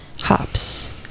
hops